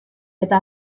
eta